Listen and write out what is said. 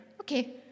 okay